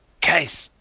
case.